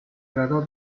trató